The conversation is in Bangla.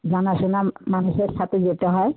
জানাশোনা ম্ মানুষের সাথে যেতে হয়